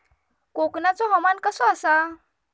कोकनचो हवामान कसा आसा?